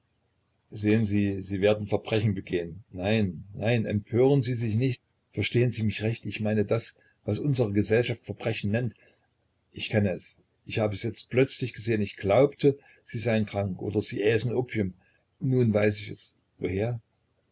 sehen sie sie werden verbrechen begehen nein nein empören sie sich nicht verstehen sie mich recht ich meine das was unsere gesellschaft verbrechen nennt ich kenne es ich habe es jetzt plötzlich gesehen ich glaubte sie seien krank oder sie äßen opium nun weiß ich es woher